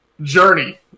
Journey